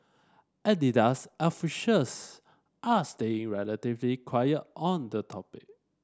Adidas officials are staying relatively quiet on the topic